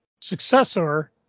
successor